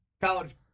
college